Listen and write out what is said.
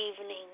evening